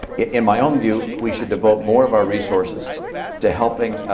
in my own view, we should devote more of our resources to helping,